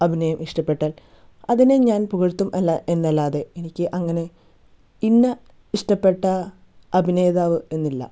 അഭിനയം ഇഷ്ടപ്പെട്ടാൽ അതിനെ ഞാൻ പുകഴ്ത്തും അല്ല എന്നാല്ലാതെ എനിക്ക് അങ്ങനെ ഇന്ന ഇഷ്ട്ടപെട്ട അഭിനേതാവ് എന്നില്ല